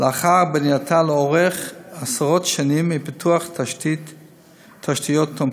לאחר בנייתה לאורך עשרות שנים ופיתוח תשתיות תומכות.